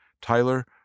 Tyler